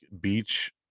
beach